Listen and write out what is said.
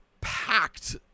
packed